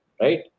right